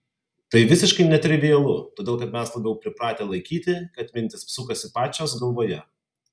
tai visiškai netrivialu todėl kad mes labiau pripratę laikyti kad mintys sukasi pačios galvoje